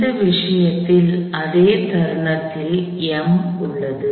இந்த விஷயத்தில் அதே தருணத்தில் M உள்ளது